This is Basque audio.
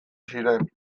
ziren